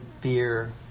fear